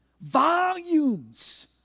Volumes